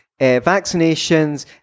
vaccinations